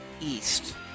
East